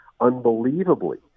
unbelievably